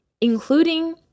including